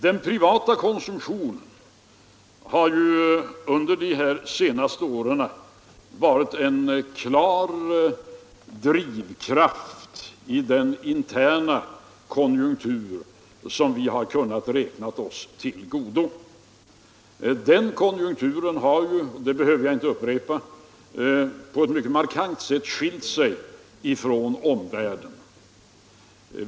Den privata konsumtionen har ju under de senaste åren varit en klar drivkraft i den interna konjunktur som vi kunnat räkna oss till godo. Den konjunkturen har ju — det behöver jag inte upprepa — på ett mycket markant sätt skilt sig från omvärldens.